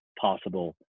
possible